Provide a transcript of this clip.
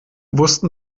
wussten